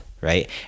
right